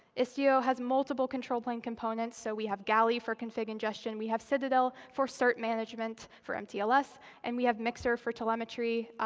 issue has multiple control plane components. so we have galley for config ingestion. we have citadel for cert management, for mtls. and we have mixer for telemetry.